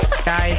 Guys